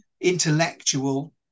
intellectual